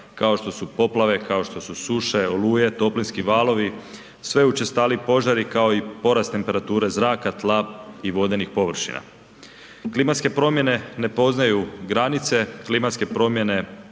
kao što su poplave, kao što su suše, oluje, toplinski valovi, sve učestaliji požari kao i porast temperature zraka, tla i vodenih površina. Klimatske promjene ne poznaju granice, klimatske promjene